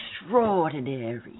extraordinary